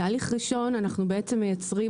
תהליך ראשון אנחנו בעצם מייצרים